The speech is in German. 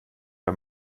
bei